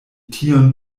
tion